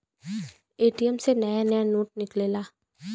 ATM से नया नया नोट निकलेला